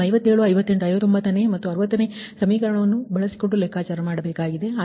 ನೀವು 57 58 59ನೇ ಮತ್ತು 60ನೇ ಸಮೀಕರಣವನ್ನು ಬಳಸಿಕೊಂಡು ಲೆಕ್ಕಾಚಾರ ಮಾಡಬೇಕಾಗಿದೆ